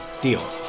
Deal